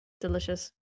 Delicious